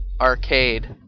arcade